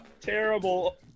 terrible